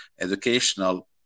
educational